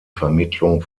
vermittlung